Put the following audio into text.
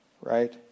right